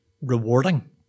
rewarding